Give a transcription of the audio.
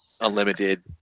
Unlimited